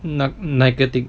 那那个地方